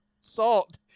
salt